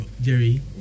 Jerry